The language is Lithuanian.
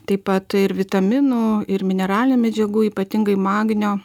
taip pat ir vitaminų ir mineralinių medžiagų ypatingai magnio